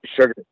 Sugar